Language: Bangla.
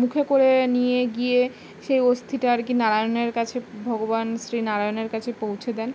মুখে করে নিয়ে গিয়ে সেই অস্থিটা আর কি নারায়ণের কাছে ভগবান শ্রী নারায়ণের কাছে পৌঁছে দেন